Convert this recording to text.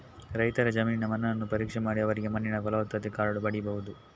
ರೈತರ ಜಮೀನಿನ ಮಣ್ಣನ್ನು ಪರೀಕ್ಷೆ ಮಾಡಿ ಅವರಿಗೆ ಮಣ್ಣಿನ ಫಲವತ್ತತೆ ಕಾರ್ಡು ಪಡೀಬಹುದು